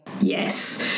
yes